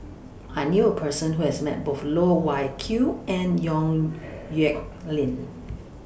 I knew A Person Who has Met Both Loh Wai Kiew and Yong Nyuk Lin